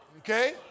Okay